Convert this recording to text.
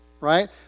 right